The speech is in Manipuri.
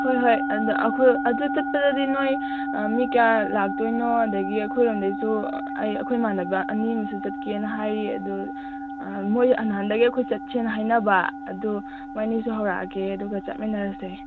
ꯍꯣꯏ ꯍꯣꯏ ꯑꯗꯨ ꯆꯠꯄꯗꯗꯤ ꯅꯣꯏ ꯃꯤ ꯀꯌꯥ ꯂꯥꯛꯇꯣꯏꯅꯣ ꯑꯗꯨꯗꯒꯤ ꯑꯩꯈꯣꯏꯔꯣꯝꯗꯩꯁꯨ ꯑꯩ ꯑꯩꯈꯣꯏ ꯏꯃꯥꯅꯕ ꯑꯅꯤ ꯑꯃꯁꯨ ꯆꯠꯀꯦꯅ ꯍꯥꯏꯔꯤ ꯑꯗꯨ ꯃꯣꯏ ꯅꯍꯥꯟꯗꯒꯤ ꯑꯩꯈꯣꯏ ꯆꯠꯁꯦꯅ ꯍꯥꯏꯅꯕ ꯑꯗꯣ ꯃꯣꯏ ꯑꯅꯤꯁꯨ ꯍꯧꯔꯛꯑꯒꯦ ꯑꯗꯨꯒ ꯆꯠꯃꯤꯟꯅꯔꯁꯦ